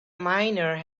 miner